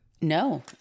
No